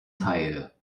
teil